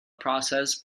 process